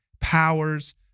powers